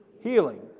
Healing